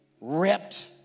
ripped